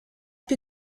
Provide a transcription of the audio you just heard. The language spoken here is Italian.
più